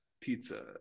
pizza